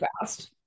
fast